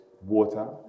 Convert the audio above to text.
water